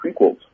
prequels